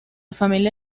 familia